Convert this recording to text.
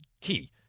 Key